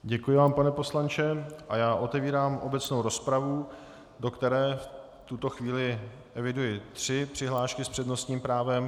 Děkuji vám, pane poslanče, a otevírám obecnou rozpravu, do které v tuto chvíli eviduji tři přihlášky s přednostním právem.